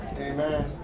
Amen